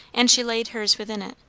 and she laid hers within it.